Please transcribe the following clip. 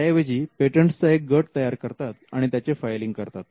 त्याऐवजी पेटंटसचा एक गट तयार करतात आणि त्याचे फाइलिंग करतात